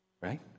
Right